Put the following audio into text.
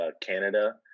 Canada